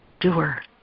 doer